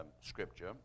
scripture